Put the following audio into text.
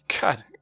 god